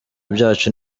byacu